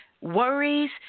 worries